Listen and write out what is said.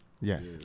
Yes